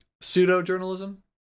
Pseudo-journalism